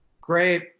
Great